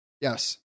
Yes